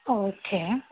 okay